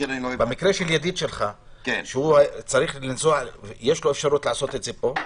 במקרה של ידיד שלך, יש לו אפשרות לעשות את זה פה,